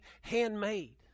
handmade